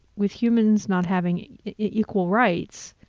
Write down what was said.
with humans not having equal rights,